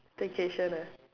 staycation ah